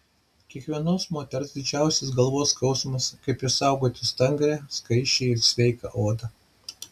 kiekvienos moters didžiausias galvos skausmas kaip išsaugoti stangrią skaisčią ir sveiką odą